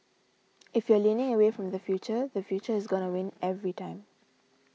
if you're leaning away from the future the future is gonna win every time